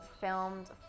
filmed